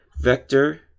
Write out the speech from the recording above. vector